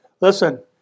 Listen